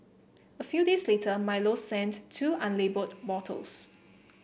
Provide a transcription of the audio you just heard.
a few days later Milo sent two unlabelled bottles